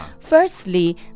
Firstly